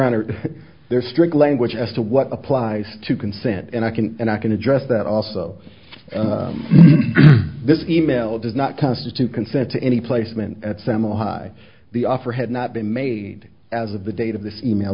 honor there are strict language as to what applies to consent and i can and i can address that also this e mail does not constitute consent to any placement at semel high the offer had not been made as of the date of this e mail